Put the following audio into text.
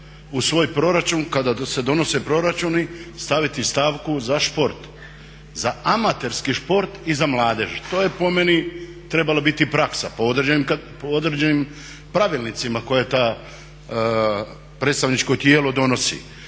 u svoj proračun, kada se donose proračuni staviti stavku za šport, za amaterski šport i za mladež. To je po meni trebala biti praksa po određenim pravilnicima koje to predstavničko tijelo donosi.